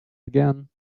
again